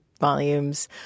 volumes